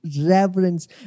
reverence